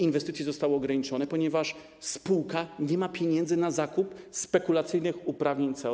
Inwestycje zostały ograniczone, ponieważ spółka nie ma pieniędzy na zakup spekulacyjnych uprawnień CO2.